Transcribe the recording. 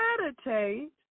meditate